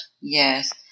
Yes